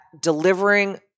delivering